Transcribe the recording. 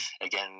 again